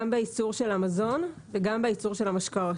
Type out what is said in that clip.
גם בייצור של המזון וגם בייצור של המשקאות.